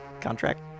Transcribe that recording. contract